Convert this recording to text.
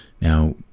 Now